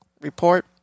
report